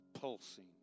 pulsing